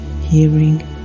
hearing